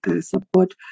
support